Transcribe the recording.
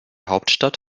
hauptstadt